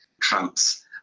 Trump's